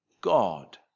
God